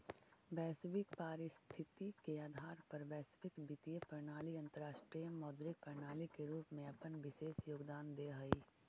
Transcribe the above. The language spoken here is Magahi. वैश्विक परिस्थिति के आधार पर वैश्विक वित्तीय प्रणाली अंतरराष्ट्रीय मौद्रिक प्रणाली के रूप में अपन विशेष योगदान देऽ हई